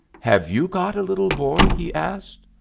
have you got a little boy? he asked.